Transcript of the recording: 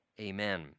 Amen